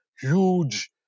huge